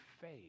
faith